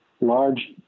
large